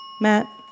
Matt